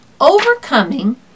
overcoming